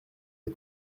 les